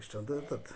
ಇಷ್ಟಂತೂ ಇರ್ತದೆ